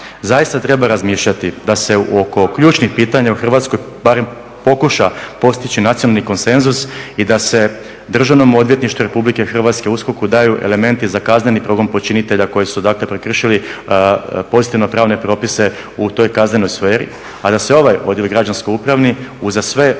zaista treba razmišljati da se oko ključnih pitanja u Hrvatskoj barem pokuša postići nacionalni konsenzus i da se Državnom odvjetništvu Republike Hrvatske USKOK-u daju elementi za kazneni progon počinitelja koji su dakle prekršili pozitivno pravne propise u toj kaznenoj sferi. A da se ovaj odjel građansko upravni uza sve stručne